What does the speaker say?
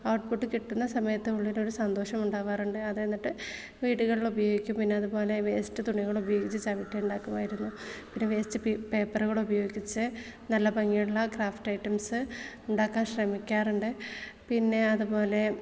output കിട്ടുന്ന സമയത്ത് ഉള്ളിലൊരു സന്തോഷം ഉണ്ടാവാറുണ്ട് അത് എന്നിട്ട് വീടുകളിൽ ഉപയോഗിക്കും പിന്നെ അതുപോലെ വേസ്റ്റ് തുണികൾ ഉപയോഗിച്ച് ചവിട്ടി ഉണ്ടാക്കുമായിരുന്നു പിന്നെ വേസ്റ്റ് പേപ്പറുകൾ ഉപയോഗിച്ച് നല്ല ഭംഗിയുള്ള ക്രാഫ്റ്റ് ഐറ്റംസ് ഉണ്ടാക്കാൻ ശ്രമിക്കാറുണ്ട് പിന്നെ അതുപോലെ